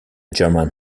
german